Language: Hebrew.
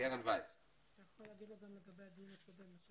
דבר נוסף זה דירות אל"ח,